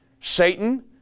Satan